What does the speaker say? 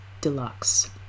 Deluxe